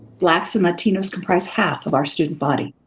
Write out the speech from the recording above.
blacks and latinos comprise half of our student body.